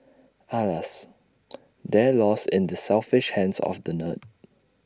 alas they're lost in the selfish hands of the nerd